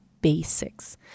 basics